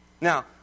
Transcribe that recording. Now